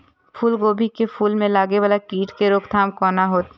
फुल गोभी के फुल में लागे वाला कीट के रोकथाम कौना हैत?